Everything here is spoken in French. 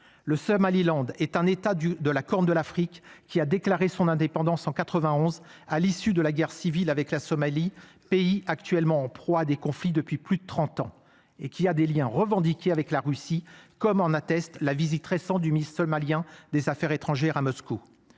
Le Somaliland est un état du de la Corne de l'Afrique qui a déclaré son indépendance en 91 à l'issue de la guerre civile avec la Somalie, pays actuellement en proie à des conflits depuis plus de 30 ans et qui a des Liens revendiqué avec la Russie, comme en atteste la visite récent du mise malien des Affaires étrangères à Moscou